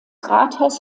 rathaus